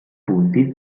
punti